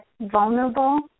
vulnerable